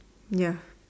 ya